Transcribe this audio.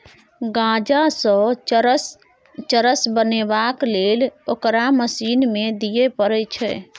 गांजासँ चरस बनेबाक लेल ओकरा मशीन मे दिए पड़ैत छै